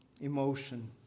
emotion